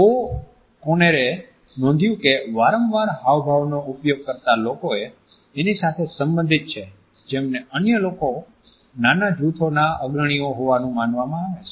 ઓ કોનેરએ O'Conner નોંધ્યું કે વારંવાર હાવભાવ નો ઉપયોગ કરતા લોકો એ એની સાથે સંબધિત છે જેમને અન્ય લોકો નાના જૂથોના અગ્રણીઓ હોવાનું માનવામાં આવે છે